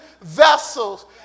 vessels